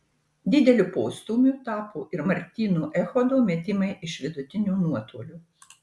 dideliu postūmiu tapo ir martyno echodo metimai iš vidutinio nuotolio